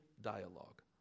dialogue